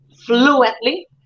Fluently